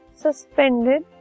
suspended